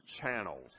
channels